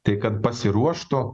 tai kad pasiruoštų